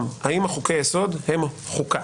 היום, האם חוקי היסוד הם חוקה.